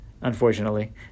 unfortunately